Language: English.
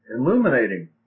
illuminating